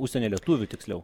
užsienio lietuvių tiksliau